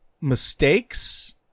mistakes